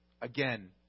again